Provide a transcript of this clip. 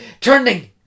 turning